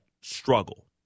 struggle